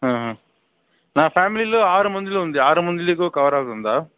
నా ఫ్యామిలీలో ఆరుమందిది ఉంది ఆరుమందికి కవర్ అవుతుందా